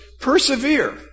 persevere